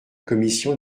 commission